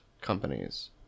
companies